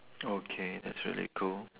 okay that's really cool